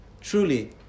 Truly